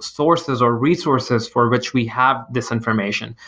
sources or resources for which we have this information.